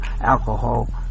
alcohol